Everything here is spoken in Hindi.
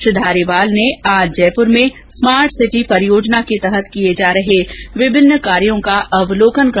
श्री धारीवाल ने आज जयपुर में स्मार्ट सिटी परियोजना के तहत किये जा रहे विभिन्न कार्यों का अवलोकन किया